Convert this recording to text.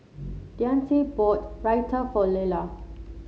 Deante bought Raita for Lella